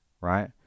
right